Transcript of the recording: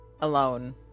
alone